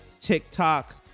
TikTok